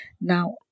now